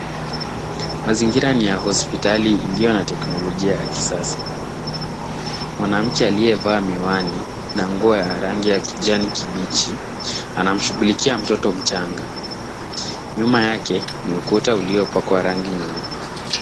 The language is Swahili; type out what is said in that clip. Mazingira ni hospitali iliyo na teknolojia ya kisasa. Mwanamke aliyevaa miwani na nguo ya rangi ya kijani kibichi anamshughulikia mtoto mchanga. Nyuma yake, ni ukuta uliopakwa rangi nyeupe.